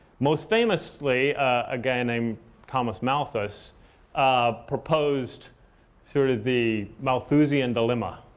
most famously, a guy named thomas malthus um proposed sort of the malthusian dilemma.